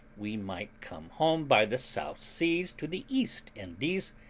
we might come home by the south seas to the east indies,